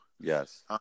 Yes